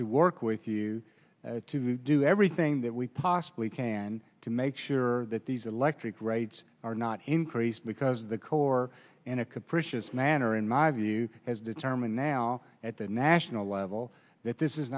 to work with you to do everything that we possibly can to make sure that these electric rates are not increased because of the cold war in a capricious manner in my view as determined now at the national level that this is